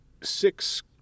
six